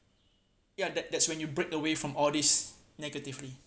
ya that that's when you break away from all this negatively